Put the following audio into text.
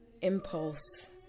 impulse